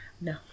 No